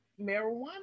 marijuana